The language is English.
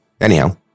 anyhow